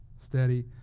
Steady